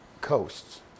coasts